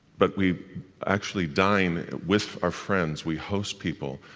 but we actually dine with our friends, we host people,